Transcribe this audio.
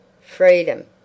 Freedom